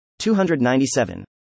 297